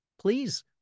please